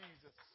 Jesus